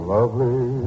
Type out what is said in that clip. Lovely